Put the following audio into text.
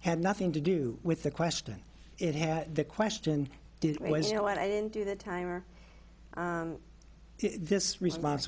had nothing to do with the question it had the question do you know what i didn't do that time or this response